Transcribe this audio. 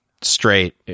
straight